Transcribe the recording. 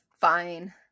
fine